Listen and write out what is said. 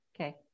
Okay